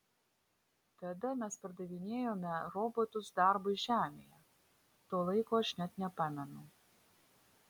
tada mes pardavinėjome robotus darbui žemėje to laiko aš net nepamenu